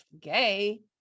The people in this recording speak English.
gay